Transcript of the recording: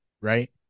right